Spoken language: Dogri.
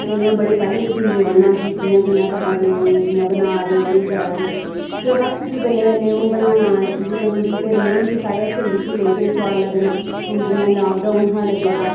ते इयां बड़े पैह्लें दिखदे रौह्ना कि कि'यां कि'यां करै दे एह् कि'यां बना दे केह् करै दे फिर बस फिर बल्लें बल्लें हून बनाना शुरू करी ओड़ी फिर इनें बी साढ़े हत्थें दी रुट्टी लेई पेई स्बाद लग्गना हून जियां लाकडााउन हा लग्गे दा